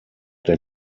der